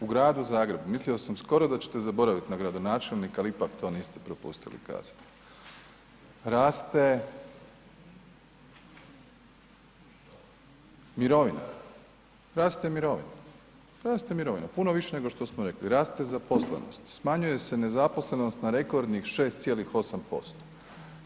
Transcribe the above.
U Gradu Zagrebu, mislio sam skoro da ćete zaboraviti na gradonačelnika, al ipak to niste propustili kazati, raste mirovina, raste mirovina, raste mirovina, puno više nego što smo rekli, raste zaposlenost, smanjuje se nezaposlenost na rekordnih 6,8%